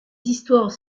histoires